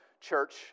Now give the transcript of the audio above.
church